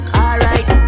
alright